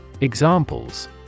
Examples